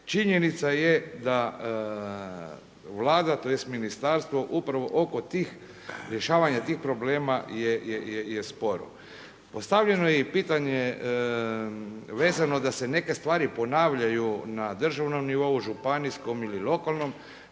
Činjenica je da Vlada, tj. ministarstvo upravo oko rješavanja tih problema je sporo. Postavljeno je i pitanje vezano da se neke stvari ponavljaju na državnom nivou, županijskom ili lokalnom,